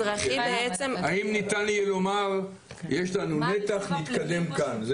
האם ניתן יהיה לומר, יש לנו נתח ונתקדם מכאן?